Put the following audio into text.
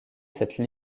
cette